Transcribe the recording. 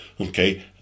Okay